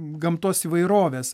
gamtos įvairovės